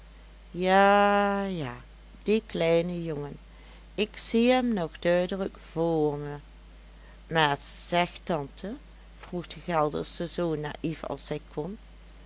ja ja die kleine jongen ik zie hem nog duidelijk vr me maar zeg tante vroeg de geldersche zoo naief als